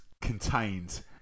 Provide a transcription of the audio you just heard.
contained